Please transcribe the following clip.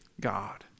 God